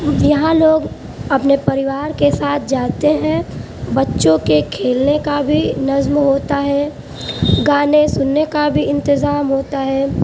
یہاں لوگ اپنے پریوار کے ساتھ جاتے ہیں بچوں کے کھیلنے کا بھی نظم ہوتا ہے گانے سننے کا بھی انتظام ہوتا ہے